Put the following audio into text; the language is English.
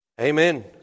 Amen